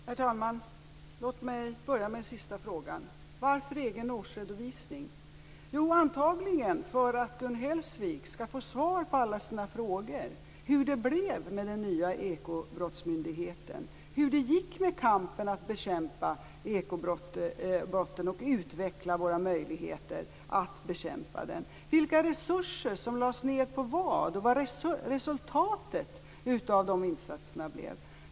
Herr talman! Låt mig börja med den sista frågan. Varför ge en egen årsredovisning? Jo, antagligen därför att Gun Hellsvik skall få svar på alla sina frågor hur det blev med Ekobrottsmyndigheten, hur det gick med kampen att bekämpa ekobrotten och utveckla våra möjligheter att bekämpa den, vilka resurser som lades ned på vad och vad resultatet av de insatserna blev.